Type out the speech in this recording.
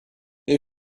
you